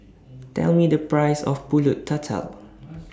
Tell Me The Price of Pulut Tatal